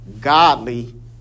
Godly